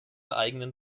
eigenen